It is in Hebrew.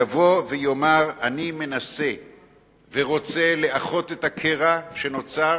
יבוא ויאמר: אני מנסה ורוצה לאחות את הקרע שנוצר